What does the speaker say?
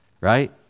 right